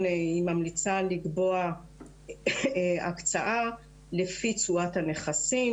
ממליצה לקבוע הקצאה לפי תשואת הנכסים,